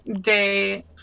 day